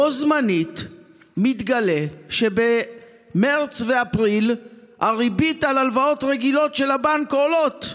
בו בזמן מתגלה שבמרץ ובאפריל הריבית על הלוואות רגילות של הבנק עולה.